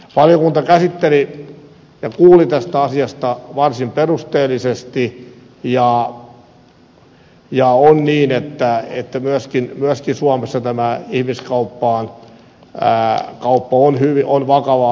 valiokunta käsitteli ja kuuli tästä asiasta varsin perusteellisesti ja on niin että myöskin suomessa ihmiskauppa on hyvin vakava asia